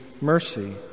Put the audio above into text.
mercy